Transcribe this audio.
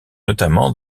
notamment